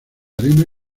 arena